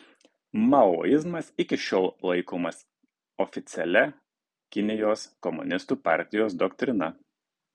maoizmas iki šiol laikomas oficialia kinijos komunistų partijos doktrina